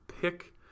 pick